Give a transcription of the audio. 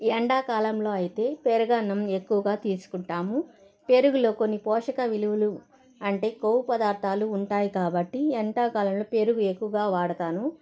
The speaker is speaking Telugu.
ఎండాకాలంలో అయితే పెరుగన్నం ఎక్కువగా తీసుకుంటాము పెరుగులో కొన్ని పోషక విలువలు అంటే కొవ్వు పదార్థాలు ఉంటాయి కాబట్టి ఎండాకాలంలో పెరుగు ఎక్కువగా వాడతాను